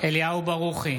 אליהו ברוכי,